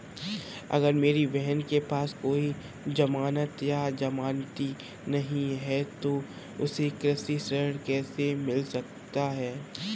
अगर मेरी बहन के पास कोई जमानत या जमानती नहीं है तो उसे कृषि ऋण कैसे मिल सकता है?